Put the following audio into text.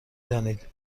دانید